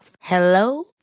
Hello